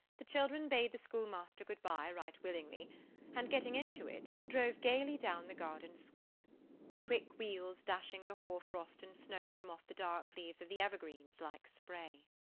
the children bade the schoolmaster good-bye right willingly and getting into it, drove gaily down the garden-sweep the quick wheels dashing the hoar-frost and snow from off the dark leaves of the evergreens like spray.